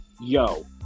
yo